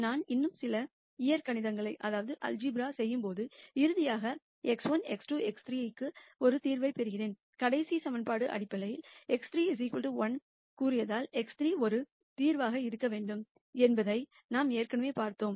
நான் இன்னும் சில இயற்கணிதங்களைச் செய்யும்போது இறுதியாக x1 x2 x3 க்கு ஒரு தீர்வைப் பெறுகிறேன் கடைசி சமன்பாடு அடிப்படையில் x3 1 என்று கூறியதால் x3 1 ஒரு தீர்வாக இருக்க வேண்டும் என்பதை நாம் ஏற்கனவே பார்த்தோம்